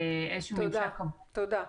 תודה.